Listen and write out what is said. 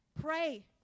pray